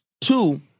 Two